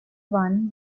one